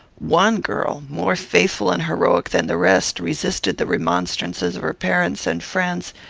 one girl, more faithful and heroic than the rest, resisted the remonstrances of her parents and friends,